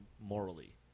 morally